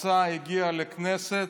ההצעה הגיעה לכנסת,